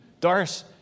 Doris